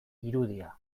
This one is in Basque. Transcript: irudia